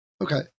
Okay